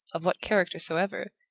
of what character soever,